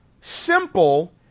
simple